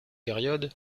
période